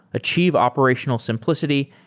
achieve operational simplicity,